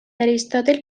aristòtil